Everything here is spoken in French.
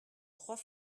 trois